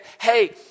hey